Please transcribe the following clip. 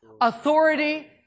Authority